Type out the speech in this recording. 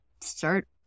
start